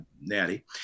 Natty